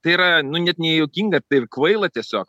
tai yra nu net nejuokinga tai ir kvaila tiesiog